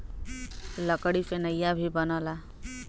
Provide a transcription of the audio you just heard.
लकड़ी से नइया भी बनला